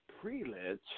pre-lit